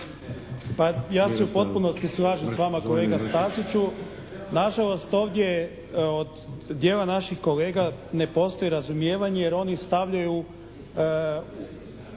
Pa ja se u potpunosti slažem s vama, kolega Staziću. Nažalost ovdje od dijela naših kolega ne postoji razumijevanje jer oni stavljaju,